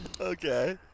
okay